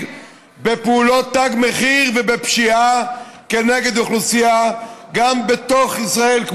בפעולות תג מחיר ובפשיעה כנגד אוכלוסייה גם בתוך ישראל,